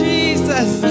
Jesus